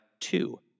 two